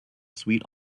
sweet